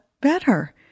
better